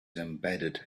embedded